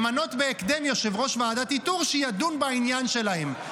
למנות בהקדם יושב-ראש ועדת איתור שידון בעניין שלהם.